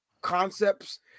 concepts